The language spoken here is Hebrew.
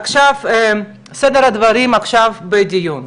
עכשיו, סדר הדברים בדיון.